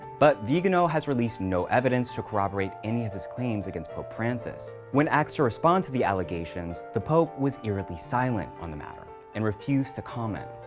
but vigano has released no evidence to corroborate any of his claims against pope francis. when asked to respond to the allegation, the pope's was eerily silent on the matter and refused to comment.